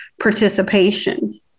participation